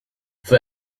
for